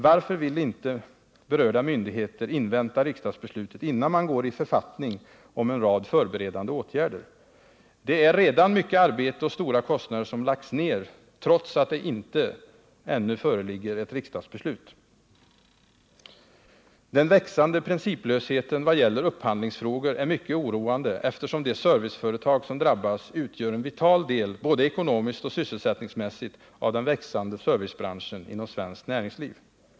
Varför vill inte berörda myndigheter invänta riksdagsbeslutet, innan man går i författning om en rad förberedande åtgärder. Mycket arbete och stora kostnader har redan lagts ner, trots att ett riksdagsbeslut inte föreligger. Den växande principlösheten vad gäller upphandlingsfrågor är mycket oroande, eftersom de serviceföretag som drabbas utgör en vital del både ekonomiskt och sysselsättningsmässigt av den växande servicebranschen inom svenskt näringsliv.